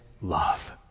love